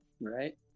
Right